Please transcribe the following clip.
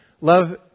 Love